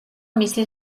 მისი